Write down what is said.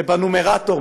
זה בנומרטור,